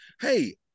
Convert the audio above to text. hey